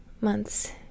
months